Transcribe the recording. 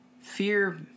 fear